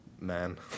man